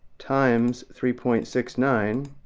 times three point six nine,